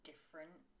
different